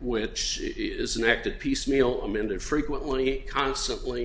which is an act of piecemeal amended frequently constantly